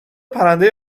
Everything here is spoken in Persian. پرنده